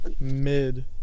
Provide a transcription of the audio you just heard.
Mid